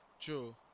True